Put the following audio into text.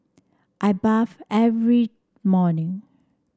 I bathe every morning